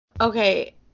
Okay